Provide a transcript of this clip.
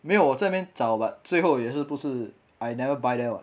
没有我在那边找 but 最后也是不是 I never buy there [what]